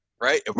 right